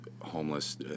homeless